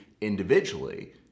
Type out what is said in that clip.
individually